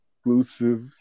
Exclusive